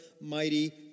Mighty